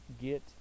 get